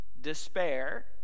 despair